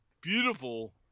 beautiful